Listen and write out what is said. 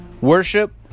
worship